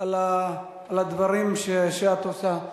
על הדברים שאת עושה.